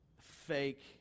fake